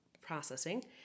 processing